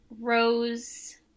Rose